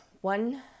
One